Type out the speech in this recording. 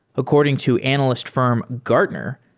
according to analyst fi rm, gartner,